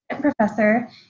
Professor